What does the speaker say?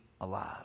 alive